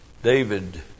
David